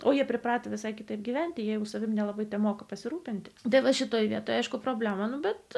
o jie pripratę visai kitaip gyventi jeigu savimi nelabai temoka pasirūpinti dievas šitoje vietoj aišku problema bet